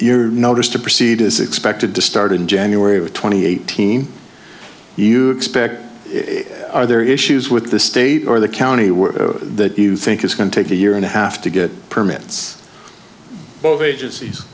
your notice to proceed is expected to start in january with twenty eighteen you expect are there issues with the state or the county work that you think is going to take a year and a half to get permits both agencies